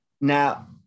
Now